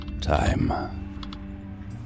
Time